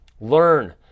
Learn